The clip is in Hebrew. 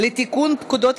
התקשורת (בזק ושידורים) (תיקון,